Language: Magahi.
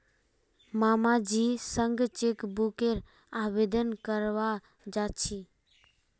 मामाजीर संग चेकबुकेर आवेदन करवा जा छि